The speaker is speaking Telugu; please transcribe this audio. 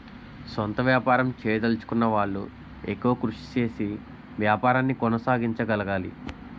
సొంత వ్యాపారం చేయదలచుకున్న వాళ్లు ఎక్కువ కృషి చేసి వ్యాపారాన్ని కొనసాగించగలగాలి